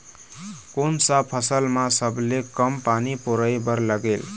कोन सा फसल मा सबले कम पानी परोए बर लगेल?